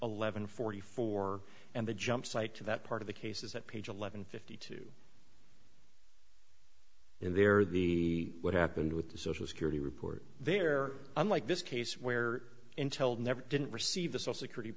eleven forty four and the jump site to that part of the cases at page eleven fifty two in there the what happened with the social security report there unlike this case where intel never didn't receive this or security